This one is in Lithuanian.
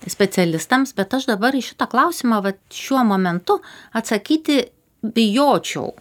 specialistams bet aš dabar į šitą klausimą vat šiuo momentu atsakyti bijočiau